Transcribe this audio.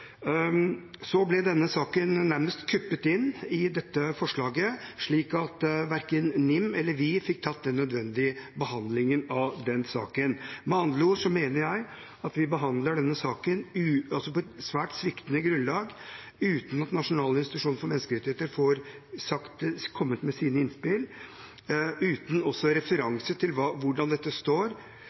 Så ble denne saken nærmest kuppet inn i dette forslaget, slik at verken NIM eller vi fikk hatt den nødvendige behandlingen av saken. Jeg mener at vi behandler denne saken på et svært sviktende grunnlag uten at Norges nasjonale institusjon for menneskerettigheter får kommet med sine innspill, og uten referanse til hvordan dette står